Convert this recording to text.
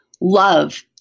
love